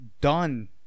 done